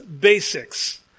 basics